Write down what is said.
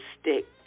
stick